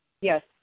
Yes